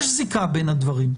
יש זיקה בין הדברים.